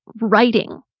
writing